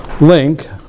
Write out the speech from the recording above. link